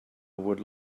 would